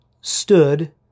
stood